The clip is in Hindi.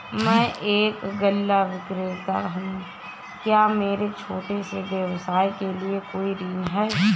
मैं एक गल्ला विक्रेता हूँ क्या मेरे छोटे से व्यवसाय के लिए कोई ऋण है?